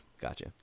gotcha